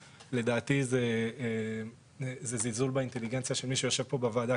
לדעתי זה זלזול באינטליגנציה של מי שיושב פה בוועדה,